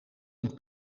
een